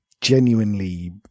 genuinely